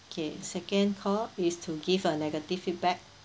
okay second call is to give a negative feedback